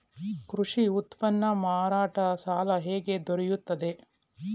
ಕೃಷಿ ಉತ್ಪನ್ನ ಮಾರಾಟ ಸಾಲ ಹೇಗೆ ದೊರೆಯುತ್ತದೆ?